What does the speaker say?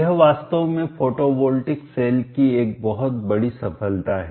यह वास्तव में फोटोवॉल्टिक सेल की एक बहुत बड़ी सफलता है